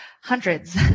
hundreds